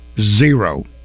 Zero